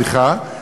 סליחה,